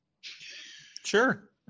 Sure